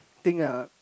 think a